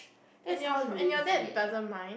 and your f~ and your dad doesn't mind